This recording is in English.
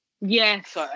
Yes